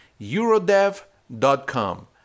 Eurodev.com